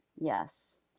yes